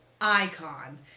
icon